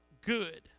good